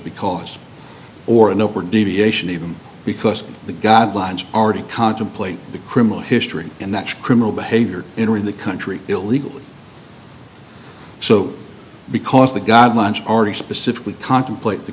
because or an open deviation even because the guidelines are to contemplate the criminal history and that's criminal behavior entering the country illegally so because the guidelines are to specifically contemplate the